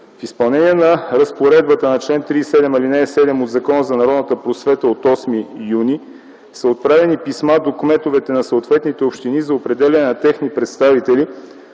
В изпълнение на разпоредбата на чл. 37, ал. 7 от Закона за народната просвета на 8 юни са отправени писма до кметовете на съответните общини за определяне на техни представители,